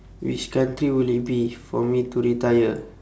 which country would it be for me to retire